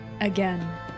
again